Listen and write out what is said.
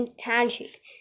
handshake